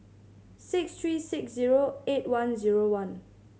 six three six zero eight one zero one